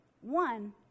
one